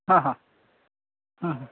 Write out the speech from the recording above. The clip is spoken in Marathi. हां हां हं हं